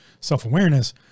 self-awareness